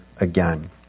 again